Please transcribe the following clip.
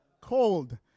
Cold